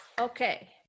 okay